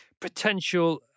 potential